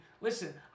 listen